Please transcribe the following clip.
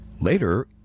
later